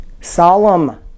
Solemn